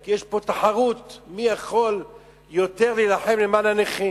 כי יש פה תחרות מי יכול להילחם יותר למען הנכים.